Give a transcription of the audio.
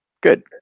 Good